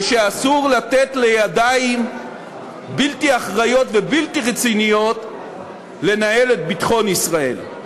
ושאסור לתת לידיים בלתי אחראיות ובלתי רציניות לנהל את ביטחון ישראל.